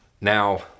Now